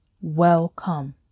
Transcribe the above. welcome